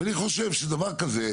אני חושב שדבר כזה,